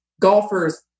Golfers